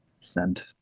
sent